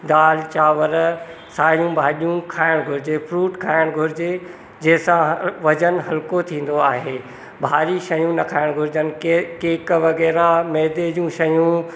दालि चांवर सायूं भाॼियूं खाइणु घुरिजे फ्रूट खाइणु घुरिजे जंहिंसां वज़न हलको थींदो आहे भारी शयूं न खाइणु घुरिजनि के केक वगै़रह मैदे जी शयूं